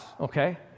Okay